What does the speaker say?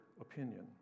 opinion